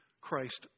Christ